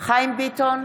חיים ביטון,